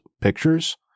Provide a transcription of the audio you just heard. pictures